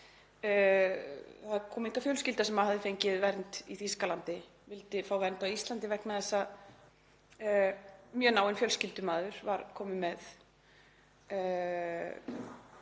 Það kom hingað fjölskylda sem hafði fengið vernd í Þýskalandi en vildi fá vernd á Íslandi vegna þess að mjög náinn fjölskyldumeðlimur var kominn með